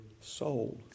soul